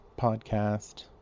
podcast